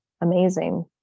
amazing